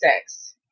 six